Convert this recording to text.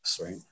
right